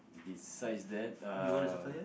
besides that uh